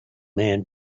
man